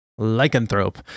Lycanthrope